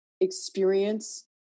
experience